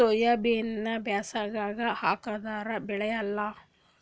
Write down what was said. ಸೋಯಾಬಿನ ಬ್ಯಾಸಗ್ಯಾಗ ಹಾಕದರ ಬೆಳಿಯಲ್ಲಾ?